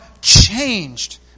changed